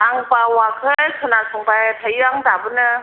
आं बावाखै खोनासंबाय थायो आं दाबोनो